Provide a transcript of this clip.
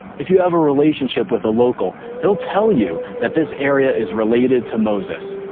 if you have a relationship with a local, they'll tell you that this area is related to moses.